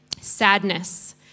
sadness